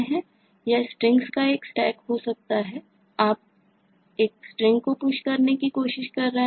यह Strings का एक Stack हो सकता है आप एक String को Push करने की कोशिश कर रहे हैं